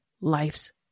life's